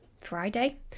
Friday